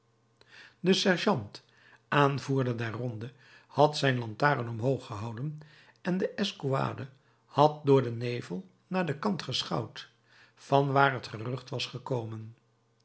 de sergeant aanvoerder der ronde had zijn lantaarn omhoog gehouden en de escouade had door den nevel naar den kant geschouwd van waar het gerucht was gekomen